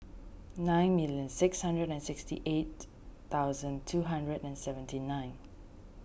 nine million six hundred and sixty eight thousand two hundred and seventy nine